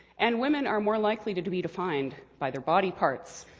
and women are more likely to to be defined by their body parts.